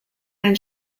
ein